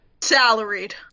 Salaried